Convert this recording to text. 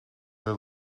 are